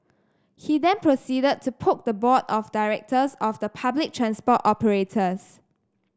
he then proceeded to poke the board of directors of the public transport operators